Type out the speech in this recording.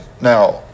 now